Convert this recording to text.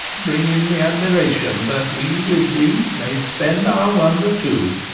bring in the admiration, that we with the may spend our wonder too,